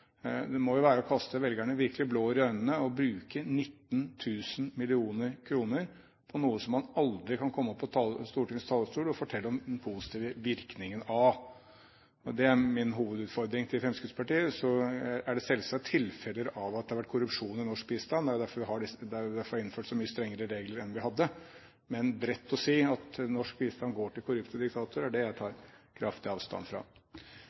noe som man aldri kan komme opp på Stortingets talerstol og fortelle om den positive virkningen av. Det er min hovedutfordring til Fremskrittspartiet. Så er det selvsagt tilfeller av at det har vært korrupsjon i norsk bistand. Det er jo derfor vi har innført så mye strengere regler enn vi hadde, men bredt å si at norsk bistand går til korrupte diktatorer, er det jeg tar kraftig avstand fra.